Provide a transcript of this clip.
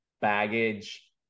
baggage